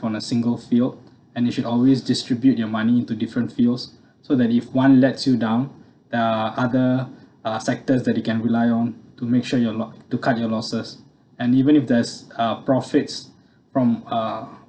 on a single field and you should always distribute your money into different fields so that if one lets you down the other uh sectors that you can rely on to make sure your lo~ to cut your losses and even if there's uh profits from uh